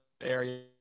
area